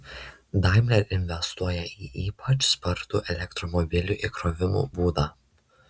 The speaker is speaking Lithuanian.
daimler investuoja į ypač spartų elektromobilių įkrovimo būdą